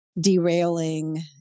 derailing